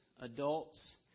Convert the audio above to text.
adults